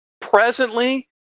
Presently